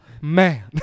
man